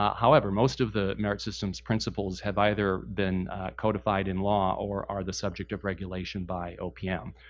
however, most of the merit system's principles have either been codified in law or are the subject of regulation by opm.